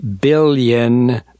billion